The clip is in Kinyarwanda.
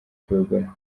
kubigura